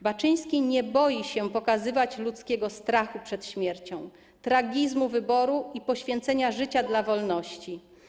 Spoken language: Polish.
Baczyński nie boi się pokazywać ludzkiego strachu przed śmiercią, tragizmu wyboru i poświęcenia życia dla wolności.